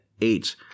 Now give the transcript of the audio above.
eight